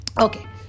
Okay